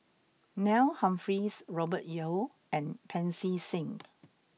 Neil Humphreys Robert Yeo and Pancy Seng